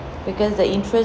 because the interest